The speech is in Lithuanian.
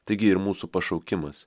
taigi ir mūsų pašaukimas